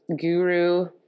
guru